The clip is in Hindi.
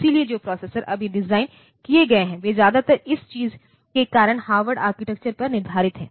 इसलिए जो प्रोसेसर अभी डिज़ाइन किए गए हैं वे ज्यादातर इस चीज़ के कारण हार्वर्ड आर्किटेक्चर पर आधारित हैं